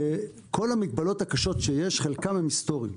כל המגבלות הקשות שיש, חלקן הן היסטוריות.